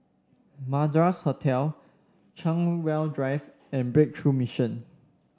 Madras Hotel Chartwell Drive and Breakthrough Mission